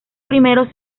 primeros